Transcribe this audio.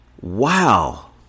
wow